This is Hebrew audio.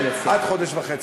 עד חודש וחצי.